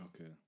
Okay